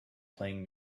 playing